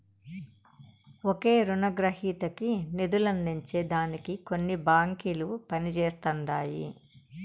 ఒకే రునగ్రహీతకి నిదులందించే దానికి కొన్ని బాంకిలు పనిజేస్తండాయి